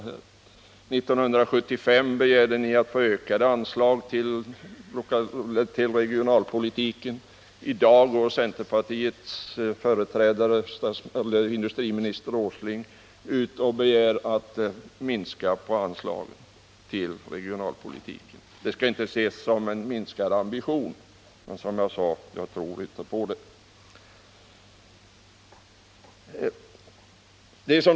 1975 begärde ni att få ökade anslag till regionalpolitiken, men i dag går industriminister Åsling ut och begär att anslagen till regionalpolitiken skall minskas. Han säger att detta inte skall ses som något tecken på en minskad ambition, men det tror jag som sagt inte på.